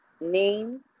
name